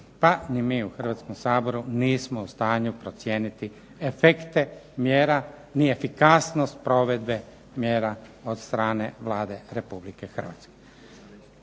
pa ni mi u Hrvatskom saboru nismo u stanju procijeniti efekte mjera ni efikasnost provedbe mjera od strane Vlade Republike Hrvatske.